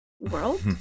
world